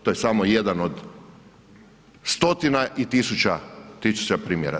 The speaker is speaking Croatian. To je samo jedan od stotina i tisuća primjera.